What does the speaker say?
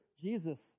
Jesus